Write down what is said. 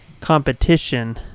competition